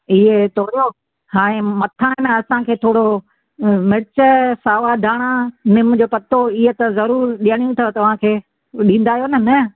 इहे तोरियो हाणे मथां न असांखे थोरो मिर्च सावा धांणा निम जो पत्तो इहे त जरूर ॾियणियूं अथव तव्हांखे ॾींदा आहियो न न